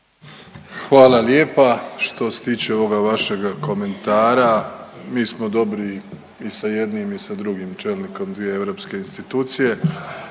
Hvala lijepa. Što se tiče ovoga vašega komentara mi smo dobri i sa jednim i sa drugim čelnikom dvije europske institucije.